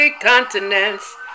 continents